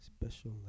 Special